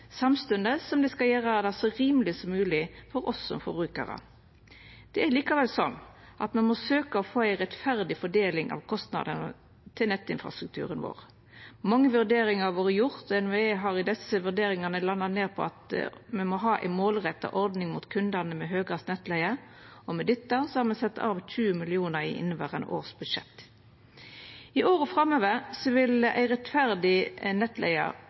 samstundes som dei skal gjera det så rimeleg som mogleg for oss som forbrukarar. Det er likevel slik at me må søkja å få ei rettferdig fordeling av kostnadene til nettinfrastrukturen vår. Mange vurderingar har vore gjorde. NVE har i desse vurderingane landa på at me må ha ei målretta ordning mot kundar med den høgaste nettleiga, og til dette har me sett av 20 mill. kr i budsjettet for inneverande år. I åra framover vil ei rettferdig